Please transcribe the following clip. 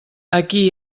aquí